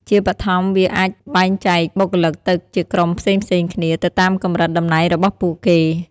ជាបឋម វាអាចបែងចែកបុគ្គលិកទៅជាក្រុមផ្សេងៗគ្នា ទៅតាមកម្រិតតំណែងរបស់ពួកគេ។